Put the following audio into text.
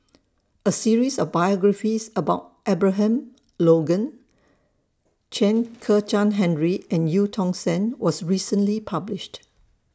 A series of biographies about Abraham Logan Chen Kezhan Henri and EU Tong Sen was recently published